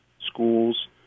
schools